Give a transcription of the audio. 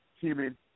human